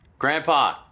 Grandpa